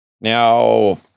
Now